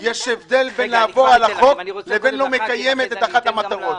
יש הבדל בין לעבור על החוק לבין לא מקיימת את אחת המטרות,